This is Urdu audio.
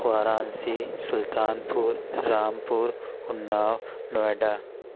وارانسی سُلطانپور رامپور انّاؤ نوئیڈا